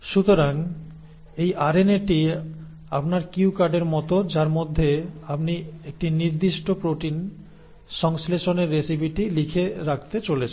সুতরাং এই আরএনএটি আপনার কিউ কার্ডের মতো যার মধ্যে আপনি একটি নির্দিষ্ট প্রোটিন সংশ্লেষণের রেসিপিটি লিখে রাখতে চলেছেন